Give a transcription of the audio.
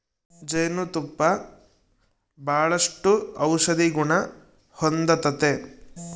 ಜೇನು ತುಪ್ಪ ಬಾಳಷ್ಟು ಔಷದಿಗುಣ ಹೊಂದತತೆ